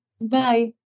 bye